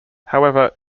however